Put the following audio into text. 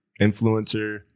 influencer